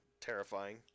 terrifying